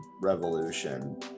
revolution